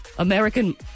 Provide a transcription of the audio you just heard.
American